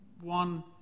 one